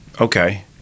Okay